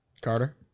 Carter